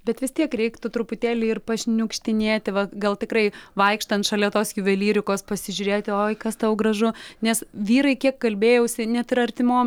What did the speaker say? bet vis tiek reiktų truputėlį ir pašniukštinėti va gal tikrai vaikštant šalia tos juvelyrikos pasižiūrėti oi kas tau gražu nes vyrai kiek kalbėjausi net ir artimom